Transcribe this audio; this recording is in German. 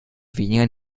weniger